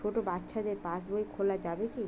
ছোট বাচ্চাদের পাশবই খোলা যাবে কি?